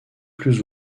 plus